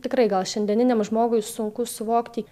tikrai gal šiandieniniam žmogui sunku suvokti